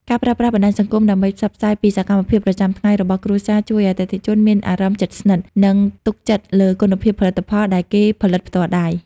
ការប្រើប្រាស់បណ្ដាញសង្គមដើម្បីផ្សព្វផ្សាយពីសកម្មភាពប្រចាំថ្ងៃរបស់គ្រួសារ ជួយឱ្យអតិថិជនមានអារម្មណ៍ជិតស្និទ្ធ និងទុកចិត្តលើគុណភាពផលិតផលដែលគេផលិតផ្ទាល់ដៃ។